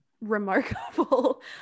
remarkable